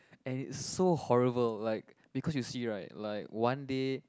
and it's so horrible like because you see right like one day